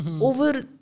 over